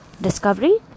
Discovery